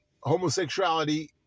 homosexuality